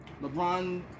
LeBron